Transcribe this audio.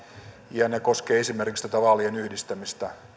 ja ne koskevat esimerkiksi tätä vaalien yhdistämistä